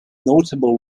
notable